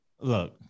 look